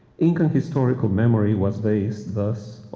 incan historical memory was based, thus,